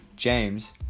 James